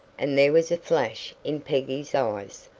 and there was a flash in peggy's eyes.